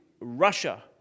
Russia